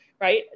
right